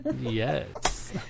Yes